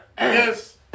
Yes